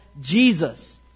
Jesus